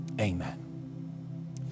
amen